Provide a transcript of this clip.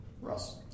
Russ